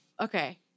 okay